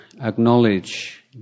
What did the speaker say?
acknowledge